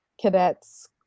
cadets